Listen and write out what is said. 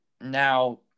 now